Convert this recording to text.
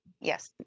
Yes